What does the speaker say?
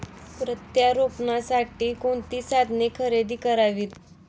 प्रत्यारोपणासाठी कोणती साधने खरेदी करावीत?